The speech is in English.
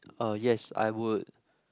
uh yes I would